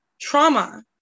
Trauma